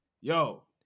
yo